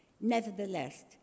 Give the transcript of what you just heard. nevertheless